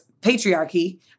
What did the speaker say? patriarchy